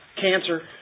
Cancer